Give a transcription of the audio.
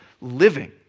living